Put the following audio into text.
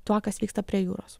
tuo kas vyksta prie jūros